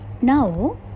Now